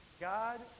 God